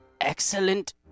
excellent